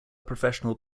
professional